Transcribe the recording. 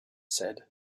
said